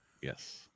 Yes